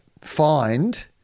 find